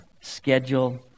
schedule